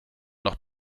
noch